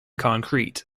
concrete